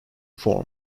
form